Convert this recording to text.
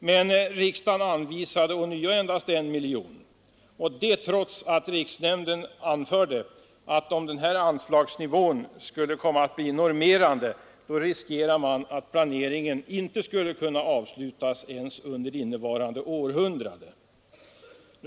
Men riksdagen anvisade ånyo endast 1 miljon, och det trots att riksnämnden anförde att om den här anslagsnivån skulle komma att bli normerande riskerar man att planeringen inte kan avslutas ens under innevarande århundrade.